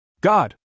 God